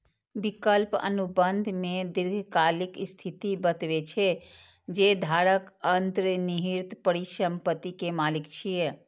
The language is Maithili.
विकल्प अनुबंध मे दीर्घकालिक स्थिति बतबै छै, जे धारक अंतर्निहित परिसंपत्ति के मालिक छियै